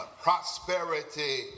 prosperity